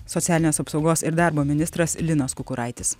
socialinės apsaugos ir darbo ministras linas kukuraitis